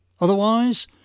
Otherwise